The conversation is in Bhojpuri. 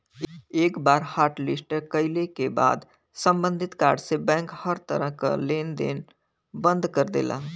एक बार हॉटलिस्ट कइले क बाद सम्बंधित कार्ड से बैंक हर तरह क लेन देन बंद कर देला